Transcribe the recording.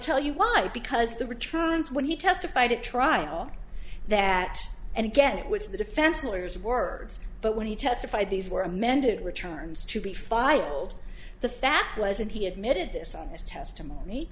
tell you why because the returns when he testified at trial that and again it was the defense lawyers words but when he testified these were amended returns to be filed the fact was and he admitted this on his testimony